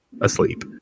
asleep